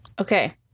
Okay